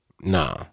Nah